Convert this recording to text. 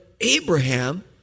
Abraham